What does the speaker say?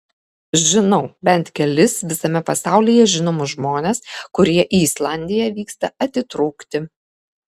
žinau bent kelis visame pasaulyje žinomus žmones kurie į islandiją vyksta atitrūkti